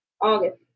August